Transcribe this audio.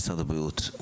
משרד הבריאות.